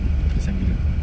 kesian gila